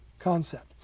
concept